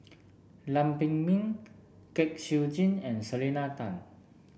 Lam Pin Min Kwek Siew Jin and Selena Tan